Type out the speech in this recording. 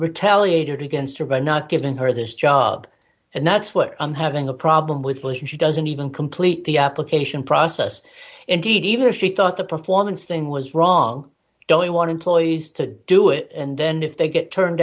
retaliated against her by not giving her this job and that's what i'm having a problem with lee she doesn't even complete the application process indeed even if she thought the performance thing was wrong don't want to ploys to do it and then if they get turned